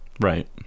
Right